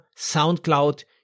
Soundcloud